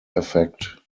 effect